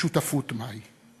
שותפות מהי.